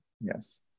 Yes